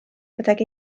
gydag